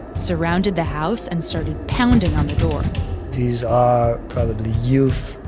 surrounded the house and started pounding on the door these are probably youth.